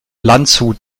landshut